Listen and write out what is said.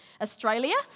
Australia